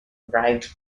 drive